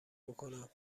بکنم